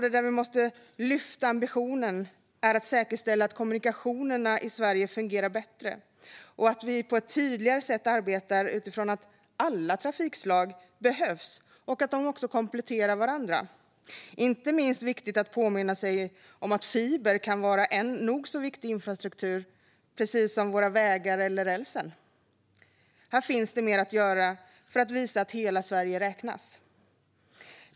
Vi måste också höja ambitionen när det gäller att säkerställa bättre fungerande kommunikationer i Sverige och på ett tydligare sätt arbeta utifrån att alla trafikslag behövs och kompletterar varandra. Inte minst är det viktigt att påminna sig om att fiber kan vara en lika viktig infrastruktur som vägar och räls. Här finns mer att göra för att visa att hela Sverige räknas.